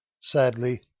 Sadly